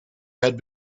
had